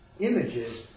images